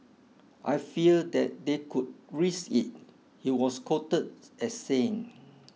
I fear that they could risk it he was quoted as saying